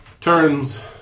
turns